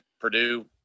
Purdue